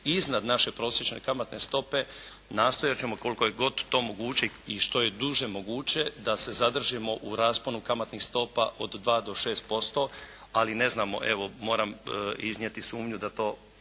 iznad naše prosječne kamatne stope, nastojati ćemo koliko je god to moguće i što je duže moguće da se zadržimo u rasponu kamatnih stopa od 2 do 6% ali ne znamo, evo moram iznijeti sumnju da to